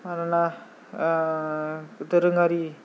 आरोना आह दोरोङारि